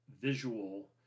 visual